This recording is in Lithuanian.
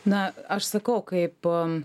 na aš sakau kaip